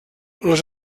les